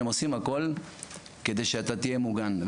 הם עושים הכול כדי שתהיה מוגן.